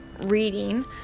reading